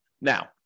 Now